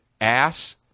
ass